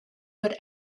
would